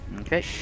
Okay